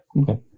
Okay